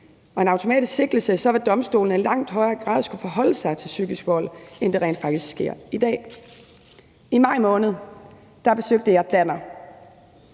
Med en automatisk sigtelse vil domstolene i langt højere grad skulle forholde sig til psykisk vold, end det rent faktisk er tilfældet i dag. I maj måned var jeg på